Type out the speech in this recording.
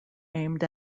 aimed